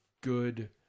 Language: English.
good